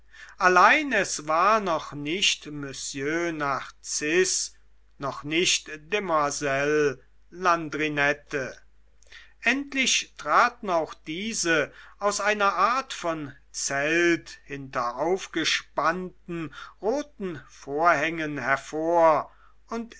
allein es war noch nicht monsieur narziß noch nicht demoiselle landrinette endlich traten auch diese aus einer art von zelt hinter aufgespannten roten vorhängen hervor und